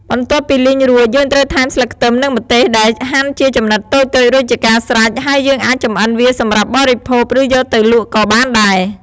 បន្ទាប់ពីលីងរួច យើងត្រូវថែមស្លឹកខ្ទឹម និងម្ទេសដែលហាន់ជាចំណិតតូចៗរួចជាការស្រេច ហើយយើងអាចចម្អិនវាសម្រាប់បរិភោគ ឬយកទៅលក់ក៏បានដែរ។